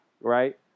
Right